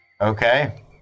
Okay